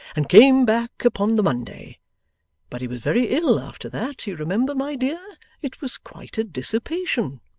and came back upon the monday but he was very ill after that, you remember, my dear it was quite a dissipation